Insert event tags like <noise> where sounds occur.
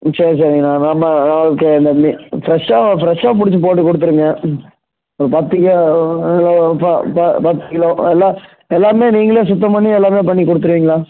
சரி சரிங்கண்ணா நம்ப ஓகே <unintelligible> ஃப்ரெஷ்ஷாக ஃப்ரெஷ்ஷாக புடிச்சு போட்டு கொடுத்துருங்க ஒரு பத்து கிலோ பத்துக் கிலோ எல்லாம் எல்லாமே நீங்களே சுத்தம் பண்ணி எல்லாமே பண்ணி கொடுத்துருவீங்களா